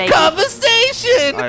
conversation